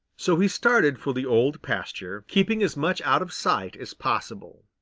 so he started for the old pasture, keeping as much out of sight as possible.